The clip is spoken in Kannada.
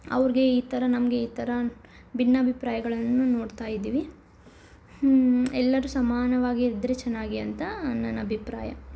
ಅವ್ರಿಗೆ ಈ ಥರ ನಮಗೆ ಈ ಥರ ಭಿನ್ನಾಭಿಪ್ರಾಯಗಳನ್ನು ನೋಡ್ತಾ ಇದ್ದೀವಿ ಎಲ್ಲರೂ ಸಮಾನವಾಗಿ ಇದ್ದರೆ ಚೆನ್ನಾಗಿ ಅಂತ ನನ್ನ ಅಭಿಪ್ರಾಯ